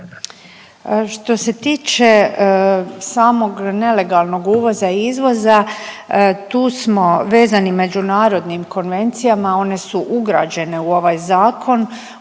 Što se tiče samog nelegalnog uvoza i izvoza tu smo vezani međunarodnim konvencijama, one su ugrađene u ovaj zakon